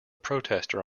protester